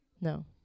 No